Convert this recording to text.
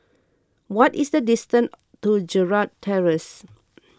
what is the distance to Gerald Terrace